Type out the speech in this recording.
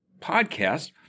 podcast